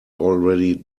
already